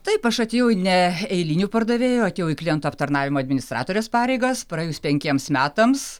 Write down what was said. taip aš atėjau ne eiliniu pardavėju atėjau į klientų aptarnavimo administratorės pareigas praėjus penkiems metams